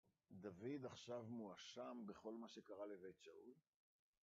דוד עכשיו מואשם בכל מה שקרה לבית שאול.